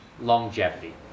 longevity